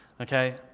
okay